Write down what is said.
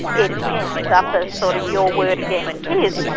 it ends up as sort of your word against his.